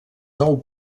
nou